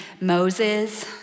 Moses